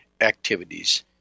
activities